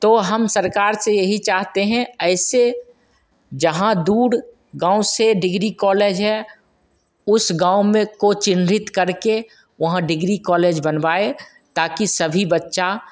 तो हम सरकार से यही चाहते हैं ऐसे जहाँ दूर गाँव से डिग्री कॉलेज है उस गाँव में को चिन्हित करके वहाँ डिग्री कॉलेज बनवाएँ ताकि सभी बच्चा